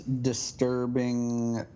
disturbing